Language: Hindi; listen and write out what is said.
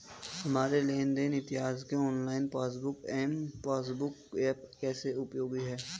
हमारे लेन देन इतिहास के online passbook M passbook app कैसे उपयोगी है?